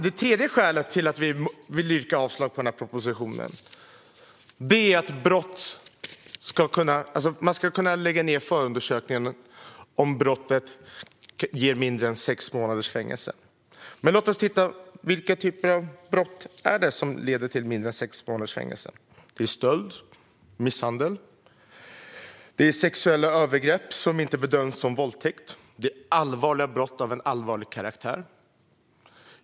Det tredje skälet till att vi vill yrka avslag på propositionen är att en förundersökning ska kunna läggas ned om brottet resulterar i mindre än sex månaders fängelse. Låt oss titta på vilka brott som leder till mindre än sex månaders fängelse. Det är stöld, misshandel och sexuella övergrepp som inte bedöms som våldtäkt. Det är brott av allvarlig karaktär.